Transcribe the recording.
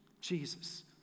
Jesus